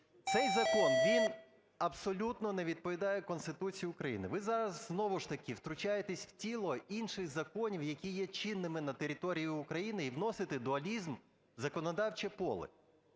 Цей закон, він абсолютно не відповідає Конституції України. Ви зараз знову ж таки втручаєтесь в тіло інших законів, які є чинними на території України, і вносите дуалізм в законодавче поле.